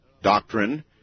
Doctrine